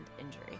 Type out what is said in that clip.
injury